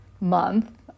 month